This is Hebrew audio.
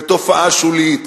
בתופעה שולית,